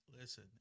listen